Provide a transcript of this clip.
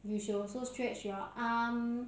you should also stretch your arm